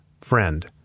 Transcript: Friend